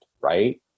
right